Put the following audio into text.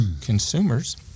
consumers